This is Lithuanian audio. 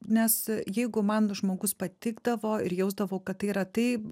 nes jeigu man žmogus patikdavo ir jausdavau kad tai yra tai